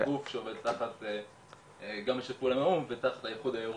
גוף שעובד תחת האיחוד האירופי.